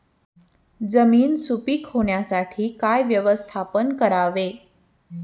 जमीन सुपीक होण्यासाठी काय व्यवस्थापन करावे?